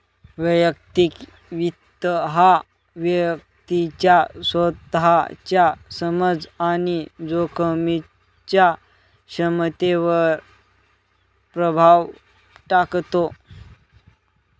वैयक्तिक वित्त हा व्यक्तीच्या स्वतःच्या समज आणि जोखमीच्या क्षमतेवर प्रभाव टाकतो